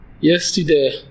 Yesterday